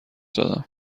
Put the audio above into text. دادم